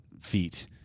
feet